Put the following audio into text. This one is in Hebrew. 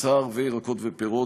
בשר וירקות ופירות,